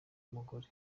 bw’umugore